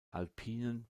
alpinen